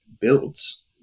builds